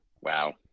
Wow